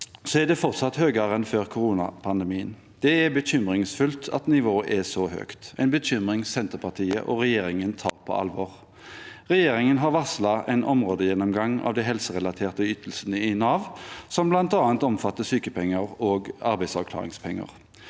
er det fortsatt høyere enn før koronapandemien. Det er bekymringsfullt at nivået er så høyt – en bekymring Senterpartiet og regjeringen tar på alvor. Regjeringen har varslet en områdegjennomgang av de helserelaterte ytelsene i Nav, som bl.a. omfatter sykepenger og arbeidsavklaringspenger.